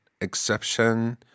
exception